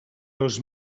dos